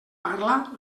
parla